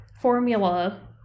formula